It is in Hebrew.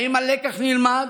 האם הלקח נלמד?